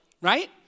right